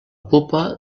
pupa